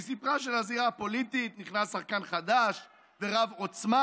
היא סיפרה שלזירה הפוליטית נכנס שחקן חדש ורב-עוצמה,